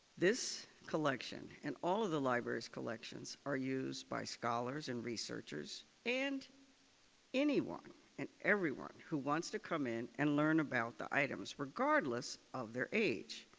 this collection and all of the library's collections are used by scholars and researchers and anyone and everyone who wants to come in and learn about the items regardless of their age.